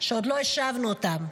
שעוד לא השבנו אותם.